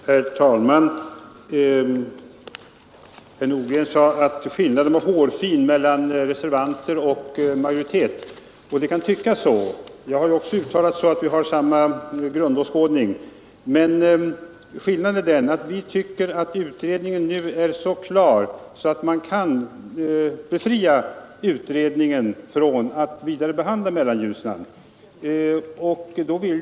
Herr talman! Herr Nordgren sade att skillnaden mellan reservanter och majoritet i utskottet var hårfin. Det kan tyckas så. Jag har också uttalat att vi har samma grundåskådning. Men skillnaden är den att vi tycker att utredningen nu är så klar, att man kan befria utredningen från att vidare behandla Mellanljusnan.